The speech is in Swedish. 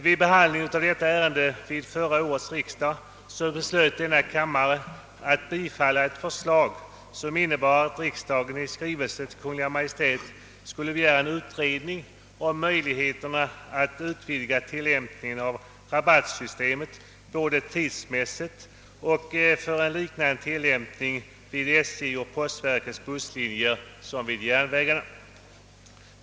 Vid behandlingen av detta ärende vid förra årets riksdag beslöt denna kammare att bifalla ett förslag om att riksdagen skulle i skrivelse till Kungl. Maj:t begära en utredning om möjligheterna att utvidga tillämpningen av rabattsystemet i fråga om giltighetstiden och till att gälla även SJ:s och postverkets busslinjer.